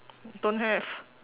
don't have